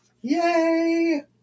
yay